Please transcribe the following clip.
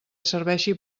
serveixi